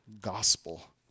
gospel